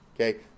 Okay